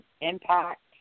impact